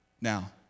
Now